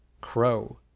crow